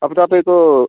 अब तपाईँको